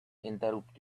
interrupt